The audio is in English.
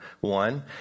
one